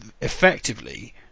effectively